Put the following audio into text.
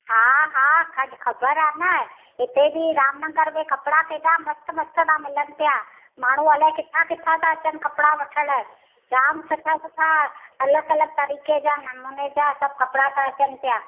हा हा अॼु ख़बर आहे न इते बि राम नगर में कपिड़ा केॾा मस्तु मस्तु था मिलनि पिया माण्हू अलाए किथां किथां था अचनि कपिड़ा वठणु लाइ जामु सुठा सुठा अलॻि अलॻि तरीक़े जा नमूने जा सभु कपिड़ा था अचनि पिया